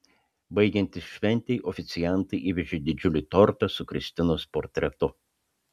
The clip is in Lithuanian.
baigiantis šventei oficiantai įvežė didžiulį tortą su kristinos portretu